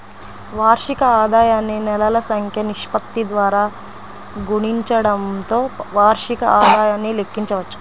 వార్షిక ఆదాయాన్ని నెలల సంఖ్య నిష్పత్తి ద్వారా గుణించడంతో వార్షిక ఆదాయాన్ని లెక్కించవచ్చు